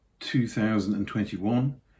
2021